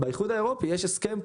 מי הבחור?